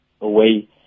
away